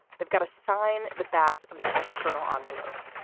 they've got to sign the back of the external envelope.